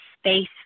space